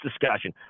discussion